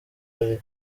ari